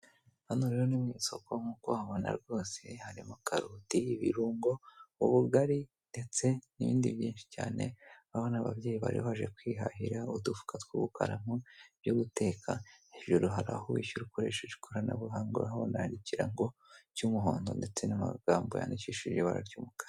Hano rero ni mu isoko nk'uko ubibona rwose, harimo karoti, ibirungo, ubugari ndetse n'ibindi byinshi cyane, aba ni ababyeyi bari baje kwihahira, udufuka two gutwaramo ibyo guteka, hejuru hari aho wishyura ukoresheje ikoranabuhanga, urahabona hari ikirango cy'umuhondo ndetse n'amagambo yandikishije ibara ry'umukara.